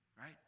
Right